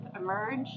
emerge